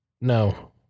No